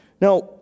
Now